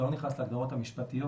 ואני לא נכנס להגדרות המשפטיות,